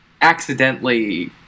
accidentally